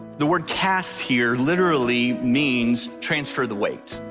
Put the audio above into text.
the word cast here literally means transfer the weight.